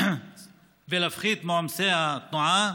להפחית את עומסי התנועה,